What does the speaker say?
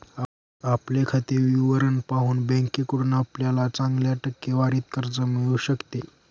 आपले खाते विवरण पाहून बँकेकडून आपल्याला चांगल्या टक्केवारीत कर्ज मिळू शकते